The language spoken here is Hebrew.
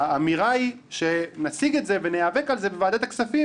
האמירה היא שנשיג את זה וניאבק על זה בוועדת הכספים